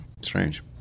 strange